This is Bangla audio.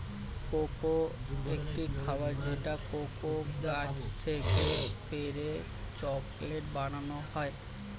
কোকো একটি খাবার যেটা কোকো গাছ থেকে পেড়ে চকলেট বানানো হয়